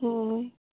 ᱦᱳᱭ